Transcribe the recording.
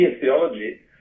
theology